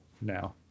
now